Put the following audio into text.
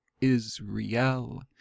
Israel